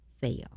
fail